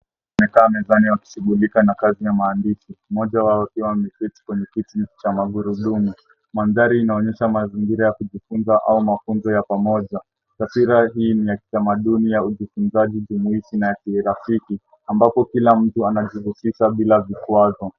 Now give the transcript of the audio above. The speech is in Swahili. ...wamekaa mezani wakishughulika na kazi ya maandishi, mmoja wao akiwa ameketi kwenye kiti cha magurudumu. Mandhari inaonyesha mazingira ya kujifunza au mafunzo ya pamoja. Taswira hii ni ya kitamaduni ya ujifunzaji jumuishi ambapo kila mtu anajihusisha blia vikwazo.